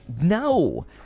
no